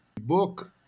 book